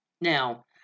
Now